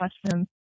questions